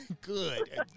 Good